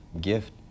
gift